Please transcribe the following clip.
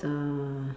uh